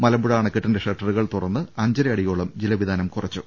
മലമ്പുഴ അണക്കെട്ടിന്റെ ്ഷട്ടറുകൾ തുറന്ന് അഞ്ചര അടിയോളം ജലവിതാനം കൂറച്ചു